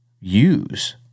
use